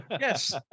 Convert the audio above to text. yes